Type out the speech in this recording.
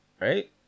Right